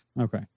Okay